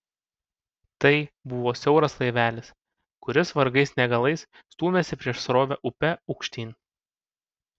tai buvo siauras laivelis kuris vargais negalais stūmėsi prieš srovę upe aukštyn